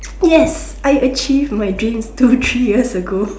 yes I achieved my dreams two three years ago